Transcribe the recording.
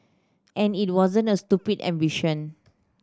and it wasn't a stupid ambition